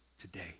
today